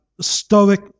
Stoic